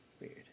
Weird